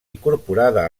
incorporada